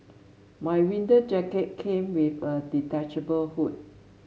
my winter jacket came with a detachable hood